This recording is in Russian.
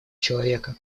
человека